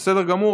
בסדר גמור.